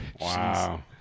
Wow